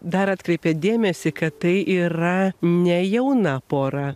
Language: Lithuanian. dar atkreipėt dėmesį kad tai yra ne jauna pora